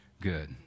Good